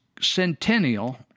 centennial